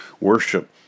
worship